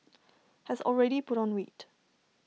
has already put on weight